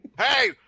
Hey